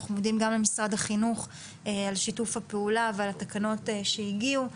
אנחנו מודים גם למשרד החינוך על שיתוף הפעולה ועל התקנות שהגיעו.